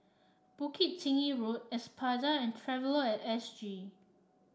Bukit Tinggi Road Espada and Traveller at S G